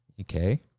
Okay